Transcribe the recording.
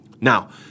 Now